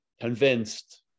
convinced